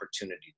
opportunity